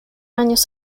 años